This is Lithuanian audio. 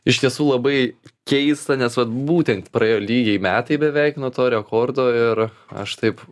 iš tiesų labai keista nes vat būtent praėjo lygiai metai beveik nuo to rekordo ir aš taip